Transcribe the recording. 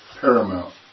paramount